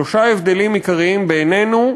שלושה הבדלים עיקריים בינינו,